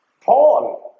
Paul